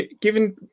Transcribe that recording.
given